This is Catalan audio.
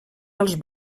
els